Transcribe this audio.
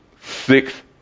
six